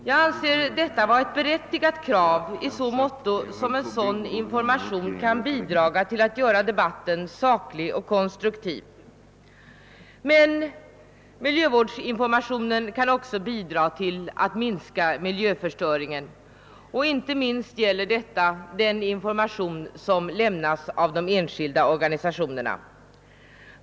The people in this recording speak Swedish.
Jag anser detta vara ett berättigat krav i så måtto som en sådan information kan bidra till att göra debatten saklig och konstruktiv. Men miljövårdsinformationen kan också bidra till att minska miljöförstöringen; inte minst gäller detta den information som lämnas av de enskilda organisationerna.